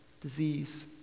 disease